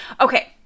okay